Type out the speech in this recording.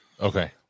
Okay